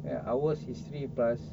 and ours is three plus